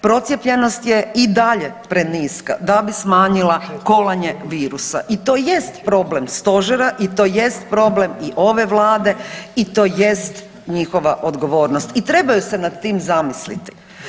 Procijepljenost je i dalje preniska da bi smanjila kolanje virusa i to jest problem stožer i to jest problem i ove vlade i to jest njihova odgovornost i trebaju se nad tim zamislite.